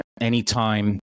anytime